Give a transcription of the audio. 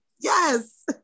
Yes